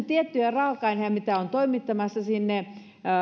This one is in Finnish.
tiettyjä raaka aineita mitä on toimittamassa